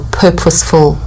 purposeful